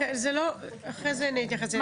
אחרי זה נתייחס לזה.